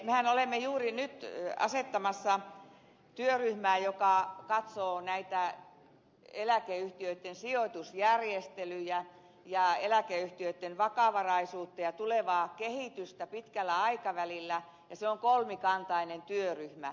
mehän olemme juuri nyt asettamassa työryhmää joka katsoo näitä eläkeyhtiöitten sijoitusjärjestelyjä ja eläkeyhtiöitten vakavaraisuutta ja tulevaa kehitystä pitkällä aikavälillä ja se on kolmikantainen työryhmä